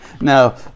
Now